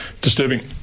Disturbing